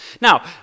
now